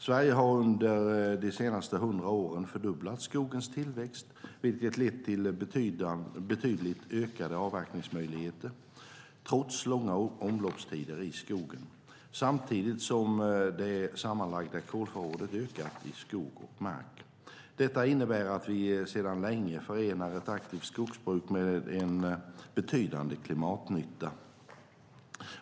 Sverige har under de senaste hundra åren fördubblat skogens tillväxt, vilket lett till betydligt ökade avverkningsmöjligheter, trots långa omloppstider i skogen, samtidigt som det sammanlagda kolförrådet har ökat i skog och mark. Detta innebär att vi sedan länge förenar ett aktivt skogsbruk med en betydande klimatnytta.